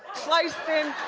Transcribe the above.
sliced in